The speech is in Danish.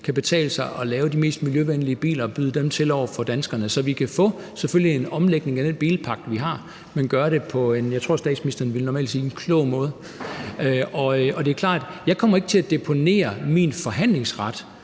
kan betale sig at lave de mest miljøvenlige biler og byde dem til over for danskerne, så vi kan få – selvfølgelig – en omlægning af den bilpark, vi har, men hvor vi gør det på en, som jeg tror statsministeren normalt ville sige, klog måde. Og det er klart, at jeg ikke kommer til at deponere min forhandlingsret